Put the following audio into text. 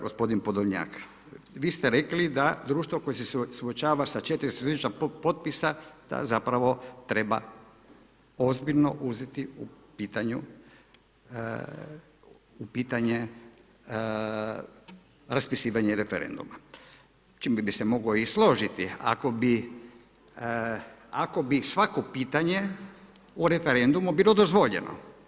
Gospodine Podolnjak, vi ste rekli da društvo koje se suočava sa 400 tisuća potpisa da zapravo treba ozbiljno uzeti u pitanje raspisivanje referenduma čime bi se mogao i složiti ako bi svako pitanje u referendumu bilo dozvoljeno.